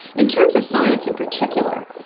in terms of science in particular,